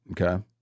okay